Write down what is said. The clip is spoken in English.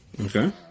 Okay